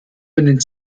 können